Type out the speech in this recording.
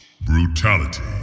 Brutality